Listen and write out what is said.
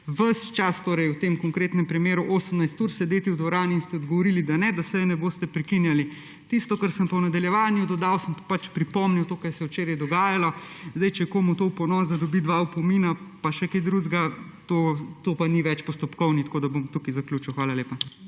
ves čas, torej v tem konkretnem primeru 18 ur, sedeti v dvorani. In ste odgovorili, da ne, da seje ne boste prekinjali. Tisto, kar sem pa v nadaljevanju dodal, sem pač pripomnil to, kar se je včeraj dogajalo. Če je to komu v ponos, da dobi dva opomina pa še kaj drugega, to pa ni več postopkovni, tako da bom tukaj zaključil. Hvala lepa.